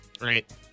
Right